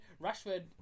Rashford